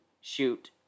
shoot